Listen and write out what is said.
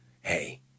hey